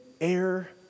air